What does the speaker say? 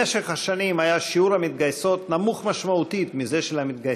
במשך השנים היה שיעור המתגייסות נמוך משמעותית מזה של המתגייסים.